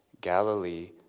Galilee